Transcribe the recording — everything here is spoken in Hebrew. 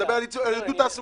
אני מדבר על עידוד תעסוקה.